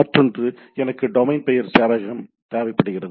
மற்றொன்று எனக்கு டொமைன் பெயர் சேவையகம் தேவைப்படுகிறது